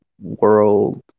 world